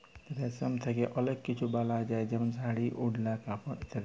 রেশম থ্যাকে অলেক কিছু বালাল যায় যেমল শাড়ি, ওড়লা, কাপড় ইত্যাদি